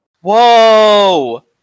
Whoa